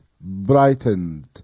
brightened